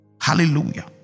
Hallelujah